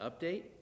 update